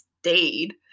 stayed